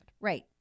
Right